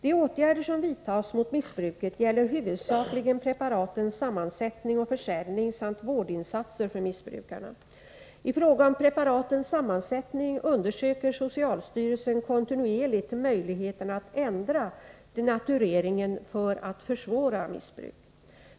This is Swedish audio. De åtgärder som vidtas mot missbruket gäller huvudsakligen preparatens sammansättning och försäljning samt vårdinsatser för missbrukarna. I fråga om preparatens sammansättning undersöker socialstyrelsen kontinuerligt möjligheterna att ända denatureringen för att försvåra missbruk.